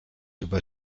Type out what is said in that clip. über